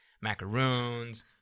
Macaroons